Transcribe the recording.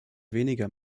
weniger